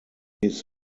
his